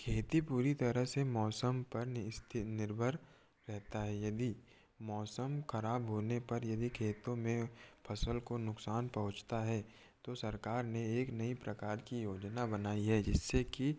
खेती पूरी तरह से मौसम पर निर्भर रहता है यदि मौसम खराब होने पर यदि खेतों में फसल को नुकसान पहुंचता है तो सरकार ने एक नई प्रकार की योजना बनाई है जिससे कि